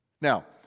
Now